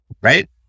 right